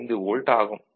5 volt ஆகும்